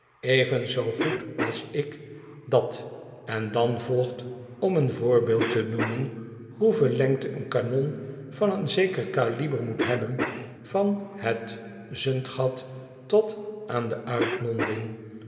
even zoo goed als ik dat en dan volgt om een voorbeeld te noemen hoeveel lengte een kanon van een zeker kaliber moet hebben van het zundgat tot aan de